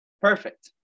perfect